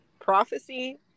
prophecy